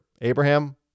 Abraham